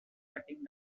cutting